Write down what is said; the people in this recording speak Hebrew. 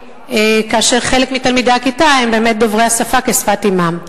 כאשר חלק מתלמידי הכיתה הם באמת דוברי השפה כשפת אמם?